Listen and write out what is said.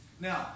Now